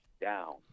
down